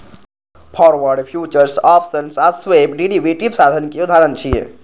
forward, futures, options आ swap derivative साधन के उदाहरण छियै